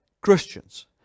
Christians